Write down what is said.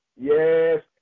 Yes